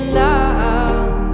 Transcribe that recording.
love